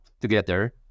together